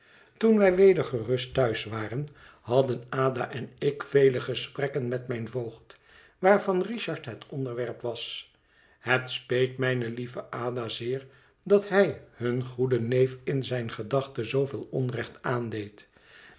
toen wij weder gerust thuis waren hadden ada en ik vele gesprekken met mijn voogd waarvan richard het onderwerp was het speet mijne lieve ada zeer dat hij hun goeden neef in zijne gedachten zooveel onrecht aandeed